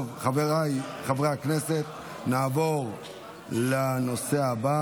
חבריי חברי הכנסת, נעבור לנושא הבא